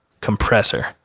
compressor